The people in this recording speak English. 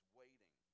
waiting